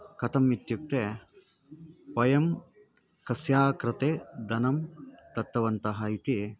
कथम् इत्युक्ते वयं कस्याः कृते धनं दत्तवन्तः इति